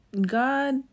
God